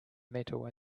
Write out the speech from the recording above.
metal